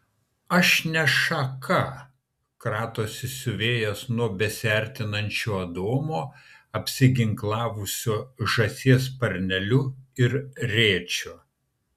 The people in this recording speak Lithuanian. aš ne šaka kratosi siuvėjas nuo besiartinančio adomo apsiginklavusio žąsies sparneliu ir rėčiu